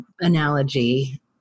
analogy